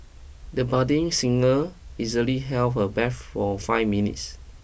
the budding singer easily held her breath for five minutes